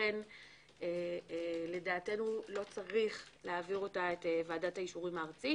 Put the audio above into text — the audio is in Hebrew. לכן לא צריך לדעתנו להעביר אותה את ועדת האישורים הארצית